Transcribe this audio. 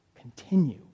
continue